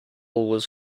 was